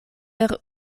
per